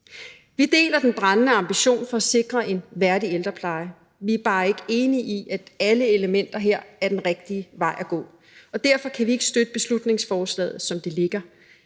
Vi deler den brændende ambition om at sikre en værdig ældrepleje. Vi er bare ikke enige i, at vi med alle elementer her går den rigtige vej, og derfor kan vi ikke støtte beslutningsforslaget, som det ligger.